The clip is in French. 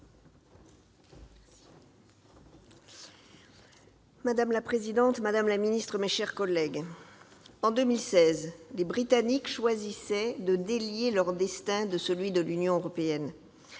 Madame la présidente, madame la ministre, mes chers collègues, en 2016, les Britanniques choisissaient de délier leur destin de celui de l'Union européenne.